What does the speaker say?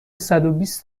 صدوبیست